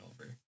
over